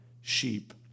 sheep